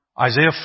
Isaiah